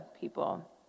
people